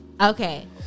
Okay